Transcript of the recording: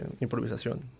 improvisación